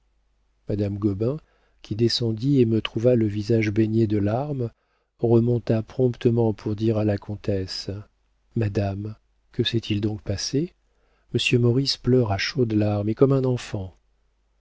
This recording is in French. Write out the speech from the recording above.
madame gobain qui descendit et me trouva le visage baigné de larmes remonta promptement pour dire à la comtesse madame que s'est-il donc passé monsieur maurice pleure à chaudes larmes et comme un enfant